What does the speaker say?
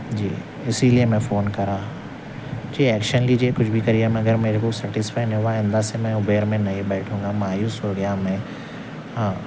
جی اسی لیے میں فون کر رہا ہوں جی ایکشن لیجیے کچھ بھی کریے مگر میرے کو سٹیسفائی نہیں ہوا آئندہ سے میں اوبیر میں نہیں بیٹھوں گا مایوس ہو گیا میں ہاں